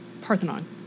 Parthenon